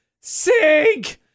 sink